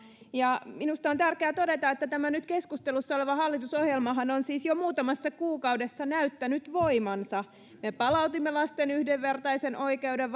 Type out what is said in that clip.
ja minusta on tärkeää todeta että tämä nyt keskustelussa oleva hallitusohjelmahan on siis jo muutamassa kuukaudessa näyttänyt voimansa me palautimme lasten yhdenvertaisen oikeuden